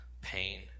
pain